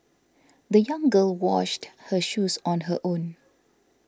the young girl washed her shoes on her own